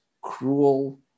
cruel